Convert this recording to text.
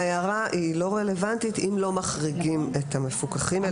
הערה לא רלוונטית אם לא מחריגים את המפוקחים.